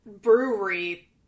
brewery